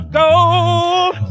gold